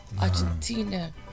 Argentina